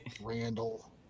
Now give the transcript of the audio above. Randall